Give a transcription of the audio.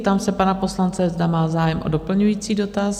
Zeptám se pana poslance, zda má zájem o doplňující dotaz?